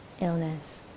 illness